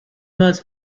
most